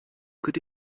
could